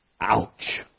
Ouch